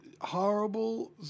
horrible